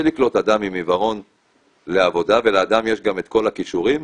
לקלוט אדם עם עיוורון לעבודה ולאדם יש גם את כל הכישורים,